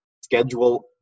schedule